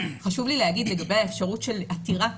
חשוב לי להגיד לגבי האפשרות של עתירה,